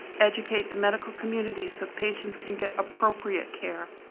educate the medical communities, so patients can get appropriate care.